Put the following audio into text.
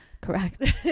Correct